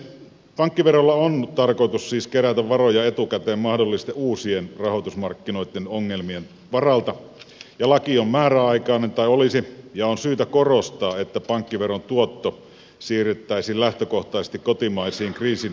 pankkiverolla on tarkoitus siis kerätä varoja etukäteen mahdollisten uusien rahoitusmarkkinoitten ongelmien varalta ja laki on määräaikainen tai olisi ja on syytä korostaa että pankkiveron tuotto siirrettäisiin lähtökohtaisesti kotimaisiin kriisinratkaisutarkoituksiin